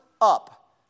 up